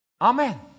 Amen